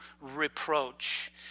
reproach